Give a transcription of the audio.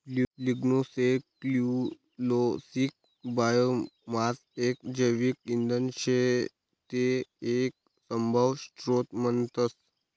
lignocellulosic biomass एक जैविक इंधन शे ते एक सभव्य स्त्रोत म्हणतस